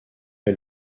est